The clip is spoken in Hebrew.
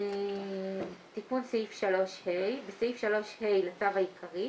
תיקון סעיף 3הבסעיף 3ה לצו העיקרי,